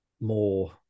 more